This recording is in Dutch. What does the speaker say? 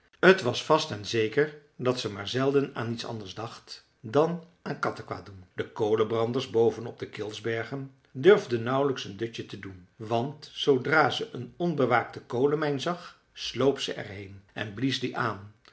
t was vast en zeker dat ze maar zelden aan iets anders dacht dan aan kattekwaad doen de kolenbranders boven op de kilsbergen durfden nauwlijks een dutje te doen want zoodra ze een onbewaakte kolenmijn zag sloop ze er heen en blies die aan